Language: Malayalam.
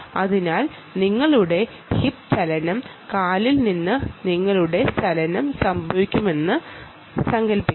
അതിനാൽ നിങ്ങളുടെ ഹിപ് ചലനവും കാലിന്റെ ചലനവും സംഭവിക്കുമെന്ന് മനസ്റ്റിലാക്കുക